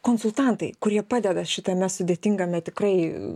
konsultantai kurie padeda šitame sudėtingame tikrai